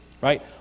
right